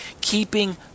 keeping